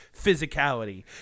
physicality